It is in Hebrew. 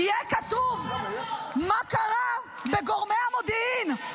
יהיה כתוב מה קרה בגורמי המודיעין,